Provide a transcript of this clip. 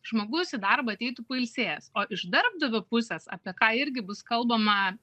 žmogus į darbą ateitų pailsėjęs o iš darbdavio pusės apie ką irgi bus kalbama